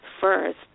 first